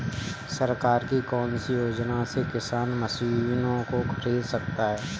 सरकार की कौन सी योजना से किसान मशीनों को खरीद सकता है?